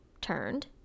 turned